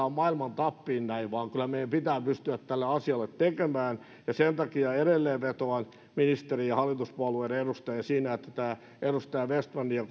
on maailman tappiin näin vaan kyllä meidän pitää pystyä tälle asialle jotain tekemään ja sen takia edelleen vetoan ministeriin ja hallituspuolueiden edustajiin siinä että tämä edustaja vestmanin ja